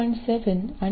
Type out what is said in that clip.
7 आणि 4